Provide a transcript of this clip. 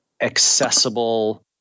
accessible